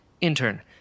Intern